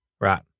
Right